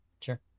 Sure